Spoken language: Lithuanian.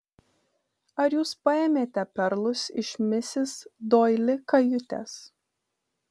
ar jūs paėmėte perlus iš misis doili kajutės